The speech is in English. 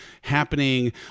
happening